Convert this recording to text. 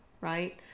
right